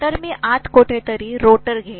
तर मी आत कुठेतरी रोटर घेईन